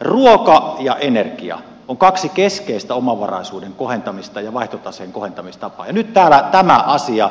ruoka ja energia ovat kaksi keskeistä omavaraisuuden kohentamis ja vaihtotaseen kohentamistapaa ja nyt täällä tämä asia